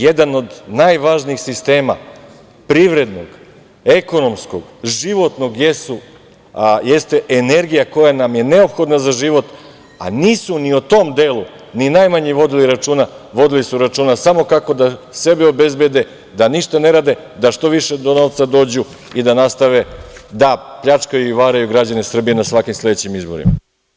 Jedan od najvažnijih sistema privrednog, ekonomskog, životnog, jeste energija koja nam je neophodna za život, a nisu o tom delu ni najmanje vodili računa, vodili su računa samo kako da sebe obezbede da ništa ne rade, da što više do novca dođu i da nastave da pljačkaju i varaju građane Srbije na svakim sledećim izborima.